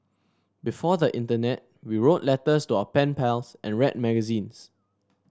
before the internet we wrote letters to our pen pals and read magazines